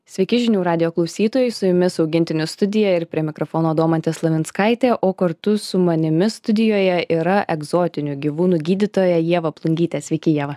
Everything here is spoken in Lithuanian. sveiki žinių radijo klausytojai su jumis augintinių studija ir prie mikrofono domantė slavinskaitė o kartu su manimi studijoje yra egzotinių gyvūnų gydytoja ieva plungytė sveiki ieva